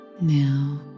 Now